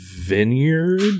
vineyard